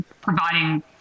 providing